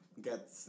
get